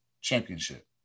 championship